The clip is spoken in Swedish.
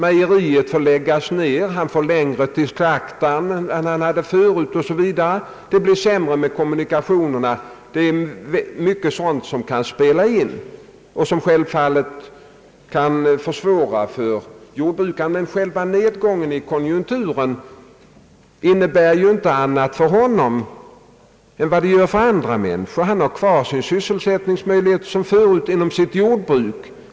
Mejeriet i hans trakt får läggas ned, han får längre till slaktaren än han hade förut. Det blir sämre med kommunikationer. Det är mycket sådant som kan spela in och som självfallet kan medföra svårigheter för jordbrukaren. Men själva nedgången i konjunkturen innebär ju inte annat för jordbrukaren än vad den innebär för andra människor. Han har som förut kvar sina sysselsättningsmöjligheter inom sitt jordbruk.